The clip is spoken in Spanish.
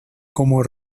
como